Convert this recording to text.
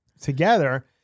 together